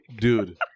Dude